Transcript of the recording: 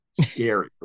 scary